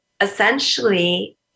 essentially